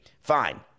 Fine